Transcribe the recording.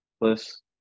plus